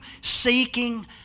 seeking